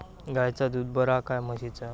गायचा दूध बरा काय म्हशीचा?